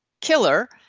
killer